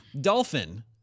Dolphin